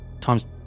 Times